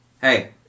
Hey